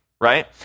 right